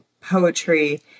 poetry